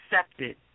accepted